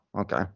okay